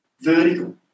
vertical